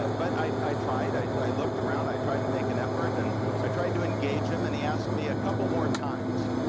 but i i tried, i i looked around, i tried to make an effort, and i tried to engage him, and he asked me a couple more times,